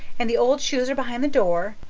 and the old shoes are behind the door,